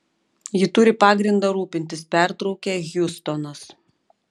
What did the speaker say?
ji turi pagrindą rūpintis pertraukė hjustonas